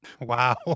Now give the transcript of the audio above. Wow